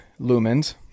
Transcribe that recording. lumens